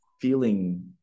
feeling